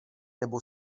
nebo